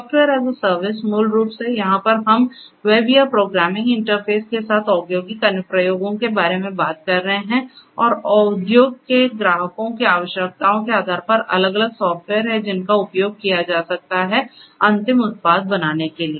software as a service मूल रूप से यहां पर हम वेब या प्रोग्रामिंग इंटरफेस के साथ औद्योगिक अनुप्रयोगों के बारे में बात कर रहे हैं और उद्योग के ग्राहकों की आवश्यकताओं के आधार पर अलग अलग सॉफ़्टवेयर हैं जिनका उपयोग किया जा सकता है अंतिम उत्पाद बनाने के लिए